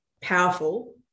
powerful